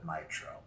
Nitro